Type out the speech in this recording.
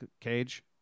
Cage